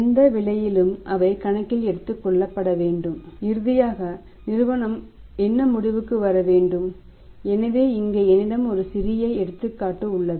எந்த விலையில் அவை கணக்கில் எடுத்துக்கொள்ளப்பட வேண்டும் இறுதியாக நிறுவனம் என்ன முடிவுக்கு வர வேண்டும் எனவே இங்கே என்னிடம் ஒரு சிறிய எடுத்துக்காட்டு உள்ளது